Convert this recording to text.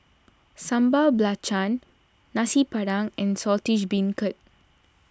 Sambal Belacan Nasi Padang and Saltish Beancurd